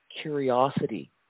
curiosity